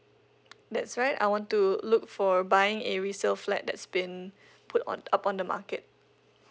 that's right I want to look for buying a resale flat that's been put on upon the market